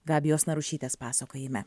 gabijos narušytės pasakojime